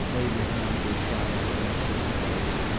lay behind her shallow, anxious eyes.